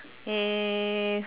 eh